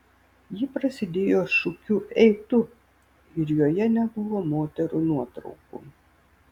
ji prasidėjo šūkiu ei tu ir joje nebuvo moterų nuotraukų